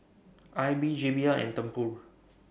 AIBI J B L and Tempur